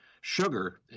sugar